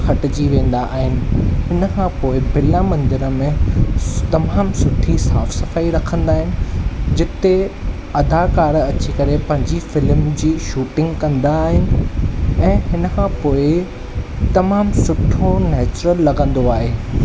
हटिजी वेंदा आहिनि उन खां पोइ बिरला मंदर में तमामु सुठी साफ़ सफ़ाई रखंदा आहिनि जिते अदाकार अची करे पंहिंजी फ़िल्म जी शूटिंग कंदा आहिनि ऐं हिन खां पोइ तमामु सुठो नेचुरल लॻंदो आहे